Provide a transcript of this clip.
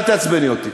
אל תעצבני אותי.